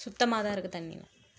சுத்தமாக தான் இருக்குது தண்ணி